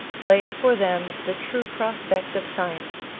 lay for them the true prospect of science,